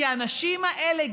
כי האנשים האלה,